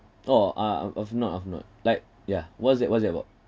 oh uh of not of not like yeah what's that what's that about